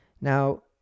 now